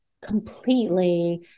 completely